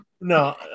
no